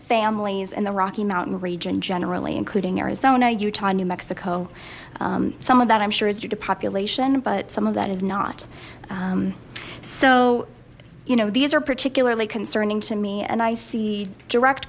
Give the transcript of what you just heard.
families in the rocky mountain region generally including arizona utah new mexico some of that i'm sure it's due to population but some of that is not so you know these are particularly concerning to me and i see direct